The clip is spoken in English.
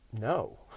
no